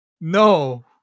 no